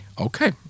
okay